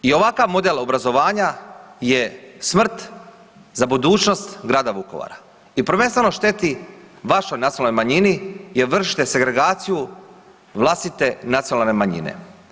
I ovakav model obrazovanja je smrt za budućnost grada Vukovara i prvenstveno šteti vašoj nacionalnoj manjini jer vršite segregaciju vlastite nacionalne manjine.